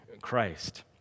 Christ